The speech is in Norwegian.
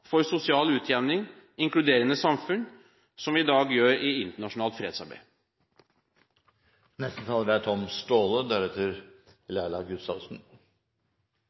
for sosial utjevning og et inkluderende samfunn som vi i dag gjør i internasjonalt fredsarbeid.